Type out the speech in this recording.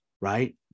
right